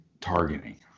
targeting